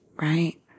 Right